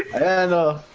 and